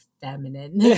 feminine